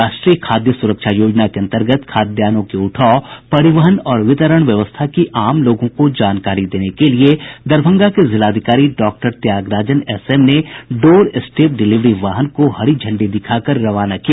राष्ट्रीय खाद्य स्रक्षा योजना के अंतर्गत खाद्यान्नों के उठाव परिवहन और वितरण व्यवस्था की आम लोगों को जानकारी देने के लिये दरभंगा के जिलाधिकारी डॉक्टर त्यागराजन एसएम ने डोर स्टेप डिलीवरी वाहन को हरी झंडी दिखाकर रवाना किया